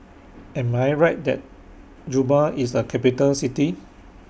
Am I Right that Juba IS A Capital City